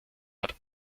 hat